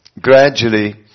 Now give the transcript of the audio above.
gradually